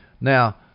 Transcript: now